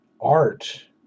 art